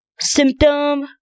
symptom